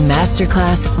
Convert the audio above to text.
Masterclass